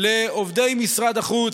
לעובדי משרד החוץ,